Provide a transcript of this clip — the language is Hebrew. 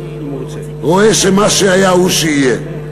רואה שמה שהיה הוא שיהיה.